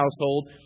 household